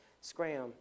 scram